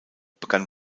begann